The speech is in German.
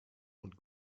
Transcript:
und